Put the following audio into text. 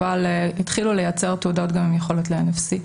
אבל התחילו לייצר תעודות גם עם יכולת ל-NFC.